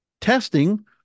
testing